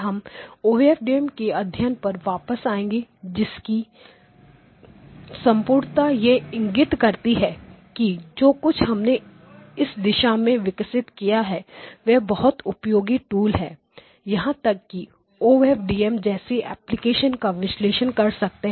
हम O F D M OFDM के अध्ययन पर वापस आएंगे इसकी संपूर्णता यह इंगित करती है कि जो कुछ हमने इस दिशा में विकसित किया है वह बहुत उपयोगी टूल है यहां तक की O F D M OFDM जैसी एप्लीकेशन का विश्लेषण कर सकते हैं